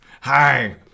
hi